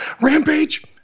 Rampage